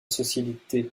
société